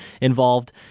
involved –